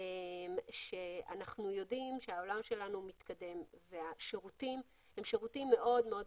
אנחנו יודעים שהעולם שלנו מתקדם והשירותים ורסטיליים.